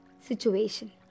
situation